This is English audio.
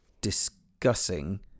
discussing